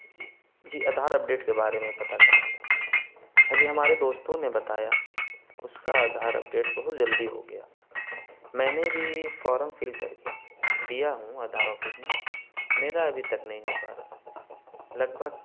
جی جی آدھار اپڈیٹ کے بارے میں پتا کرنا تھا مجھے ہاں جی ہمارے دوستوں نے بتایا اس کا آدھار اپڈیٹ بہت جلدی ہو گیا تھا میں نے بھی فارم فل کر کے دیا ہوں آدھار آفس میں میرا ابھی تک نہیں ہو پا رہا لگ بھگ